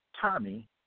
Tommy